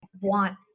want